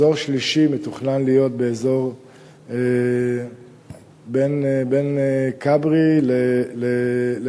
אזור שלישי מתוכנן להיות בין כברי למעלות,